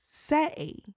Say